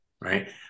Right